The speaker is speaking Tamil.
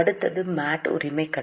அடுத்தது MAT உரிமை கடன்